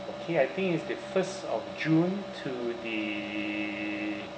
okay I think is the first of june to the